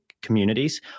communities